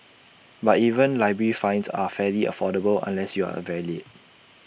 but even library fines are fairly affordable unless you are very late